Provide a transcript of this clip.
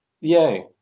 Yay